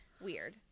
Weird